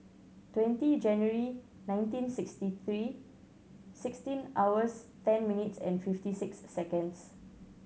twenty January nineteen sixty three sixteen hours ten minutes and fifty six seconds